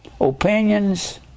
Opinions